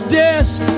desk